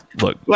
Look